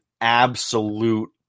absolute